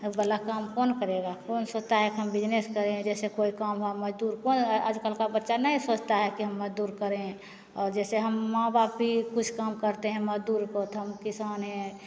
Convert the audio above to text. वाला काम कौन करेगा कौन सोचता है कि हम बिज़नेस करें जैसे कोई काम वाम मजदूर आजकल का बच्चा नहीं सोचता है कि हम मजदूर करें और जैसे हम माँ बाप भी कुछ काम करते हैं मजदूर को तो हम किसान हैं